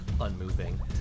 unmoving